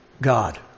God